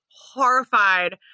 horrified